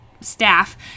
staff